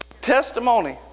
Testimony